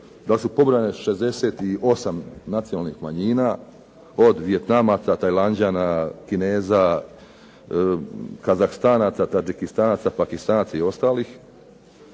da li su pobrojane 68 nacionalnih manjina, od Vijetnamaca, Tajlanđana, Kineza, Kazahstanaca, Tadžikistanaca, Pakistanaca i ostalih.